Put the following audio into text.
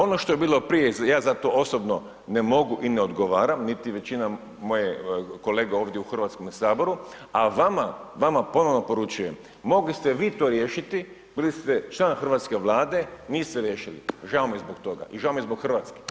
Ono što je bilo prije, ja za to osobno ne mogu i ne odgovaram niti većina moje kolege ovdje u Hrvatskome saboru a vama, vama ponovno poručujem, mogli ste vi to riješiti, bili ste član hrvatske Vlade, niste riješili, žao mi je zbog toga i žao mi je zbog Hrvatske.